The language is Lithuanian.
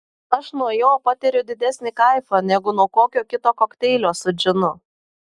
aš nuo jo patiriu didesnį kaifą negu nuo kokio kito kokteilio su džinu